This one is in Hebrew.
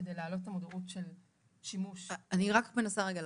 כדי להעלות את המודעות --- אני רק מנסה להבין.